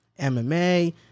MMA